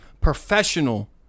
Professional